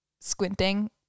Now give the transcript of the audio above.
squinting